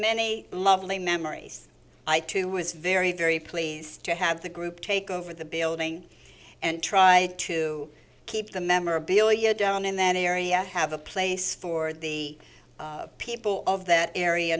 many lovely memories i too was very very pleased to have the group take over the building and try to keep the memorabilia down in that area have a place for the people of that area